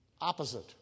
opposite